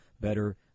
better